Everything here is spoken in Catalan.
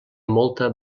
molta